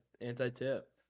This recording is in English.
anti-tip